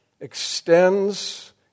extends